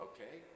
Okay